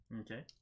Okay